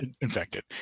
infected